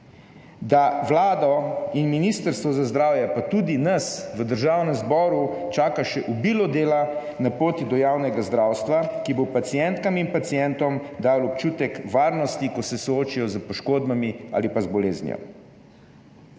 da Vlado in Ministrstvo za zdravje, pa tudi nas v Državnem zboru, čaka še obilo dela na poti do javnega zdravstva, ki bo pacientkam in pacientom dalo občutek varnosti, ko se soočijo s poškodbami ali pa z boleznijo.